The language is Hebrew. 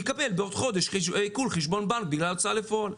יקבל בעוד חודש עיקול חשבון בנק בגלל הוצאה לפועל.